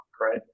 right